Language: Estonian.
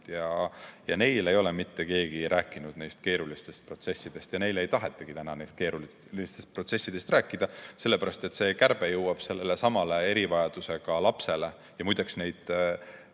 Ja neile ei ole mitte keegi rääkinud nendest keerulistest protsessidest ja neile ei tahetagi nendest keerulistest protsessidest rääkida, sellepärast et see kärbe jõuab ka erivajadusega lapseni. Muide, neid